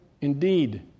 Indeed